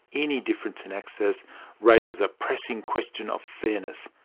any difference in access raises a pressing question of fairness.